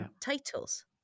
titles